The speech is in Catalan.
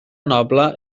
noble